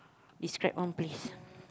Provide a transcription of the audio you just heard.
describe one place